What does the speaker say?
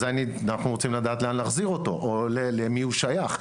אנחנו רוצים לדעת לאן להחזיר אותו או למי הוא שייך,